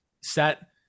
set